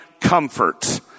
comfort